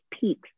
peaks